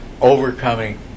overcoming